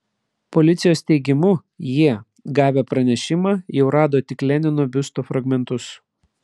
policijos teigimu jie gavę pranešimą jau rado tik lenino biusto fragmentus